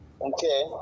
Okay